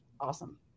Awesome